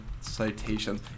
Citations